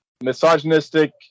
misogynistic